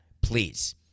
please